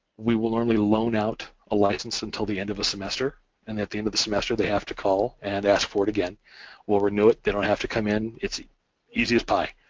we will only loan out a licence until the end of a semester and at the end of the semester, they have to call and ask for it again or renew it. they don't have to come in, it's easy as pie.